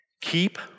keep